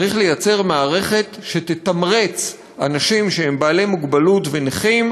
צריך ליצור מערכת שתתמרץ אנשים עם מוגבלות ונכים